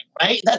right